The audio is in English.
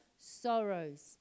sorrows